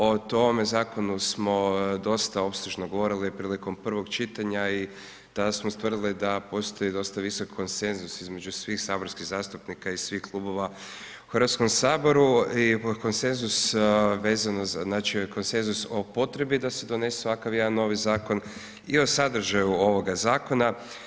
O tome zakonu smo dosta opsežno govorili prilikom prvog čitanja i tada smo ustvrdili da postoji dosta visok konsenzus između svih saborskih zastupnika i svih klubova u Hrvatskom saboru i pod konsenzus vezano, znači konsenzus o potrebi da se odnese ovakav jedan novi zakon i o sadržaju ovoga zakona.